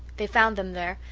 they found them there,